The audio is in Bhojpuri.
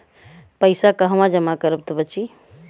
पैसा कहवा जमा करब त बची?